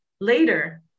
later